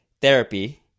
therapy